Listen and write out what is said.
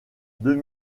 deux